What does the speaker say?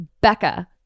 Becca